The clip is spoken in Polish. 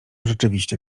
rzeczywiście